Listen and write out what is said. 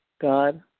God